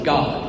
God